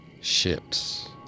Ships